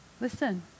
Listen